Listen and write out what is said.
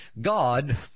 God